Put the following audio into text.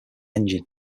engine